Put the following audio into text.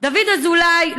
דוד אזולאי,